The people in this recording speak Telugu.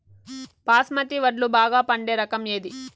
బాస్మతి వడ్లు బాగా పండే రకం ఏది